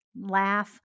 laugh